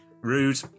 Rude